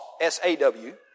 S-A-W